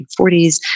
1940s